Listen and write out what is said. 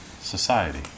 society